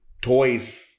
toys